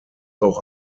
auch